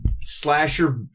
slasher